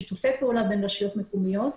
שיתופי פעולה בין רשויות מקומיות.